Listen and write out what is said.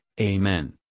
Amen